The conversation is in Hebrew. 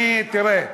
תראה,